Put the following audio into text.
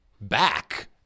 back